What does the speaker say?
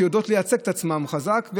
שיודעות לייצג את עצמן חזק,